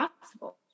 possible